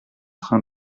train